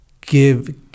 give